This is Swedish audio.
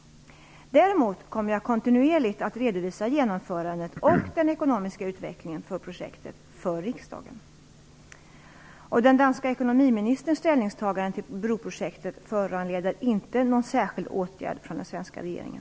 Däremot kommer jag kontinuerligt att redovisa genomförandet av och den ekonomiska utvecklingen för projektet för riksdagen. Den danska ekonomiministerns ställningstagande föranleder inte någon särskild åtgärd från den svenska regeringen.